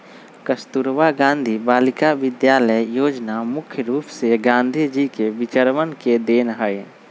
कस्तूरबा गांधी बालिका विद्यालय योजना मुख्य रूप से गांधी जी के विचरवन के देन हई